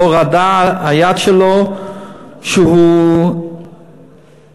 לא רעדה היד שלו כשהוא קיצץ,